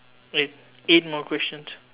wait eight more questions